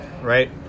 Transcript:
right